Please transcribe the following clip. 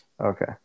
Okay